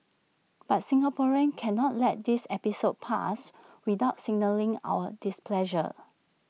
but Singaporeans cannot let this episode pass without signalling our displeasure